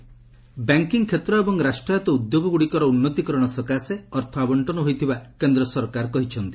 LS banks banking କ୍ଷେତ୍ର ଏବଂ ରାଷ୍ଟ୍ରାୟତ ଉଦ୍ୟୋଗଗ୍ରଡ଼ିକର ଉନ୍ତିକରଣ ସକାଶେ ଅର୍ଥ ଆବଶ୍ଚନ ହୋଇଥିବା କେନ୍ଦ୍ର ସରକାର କହିଛନ୍ତି